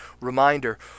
reminder